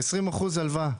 ו-20% הלוואה.